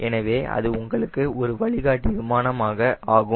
எனவே அது உங்களுக்கு ஒரு வழிகாட்டி விமானமாக ஆகும்